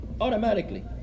automatically